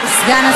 מה, סגן השר?